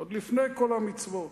עוד לפני כל המצוות.